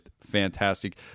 fantastic